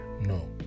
No